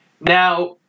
now